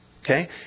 Okay